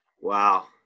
Wow